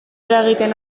eragiten